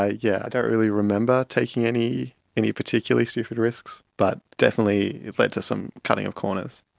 i yeah don't really remember taking any any particularly stupid risks, but definitely it led to some cutting of corners.